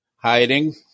Hiding